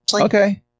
Okay